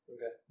Okay